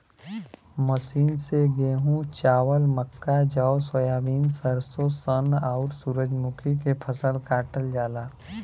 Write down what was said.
machine से गेंहू, चावल, मक्का, जौ, सोयाबीन, सरसों, सन, आउर सूरजमुखी के फसल काटल जाला